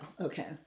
okay